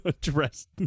dressed